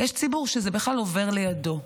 ויש ציבור שזה בכלל עובר לידו,